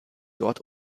dort